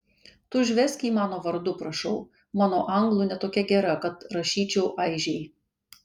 tu užvesk jį mano vardu prašau mano anglų ne tokia gera kad rašyčiau aižei